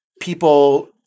people